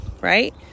Right